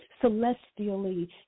celestially